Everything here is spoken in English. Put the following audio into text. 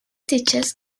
teaches